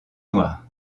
noir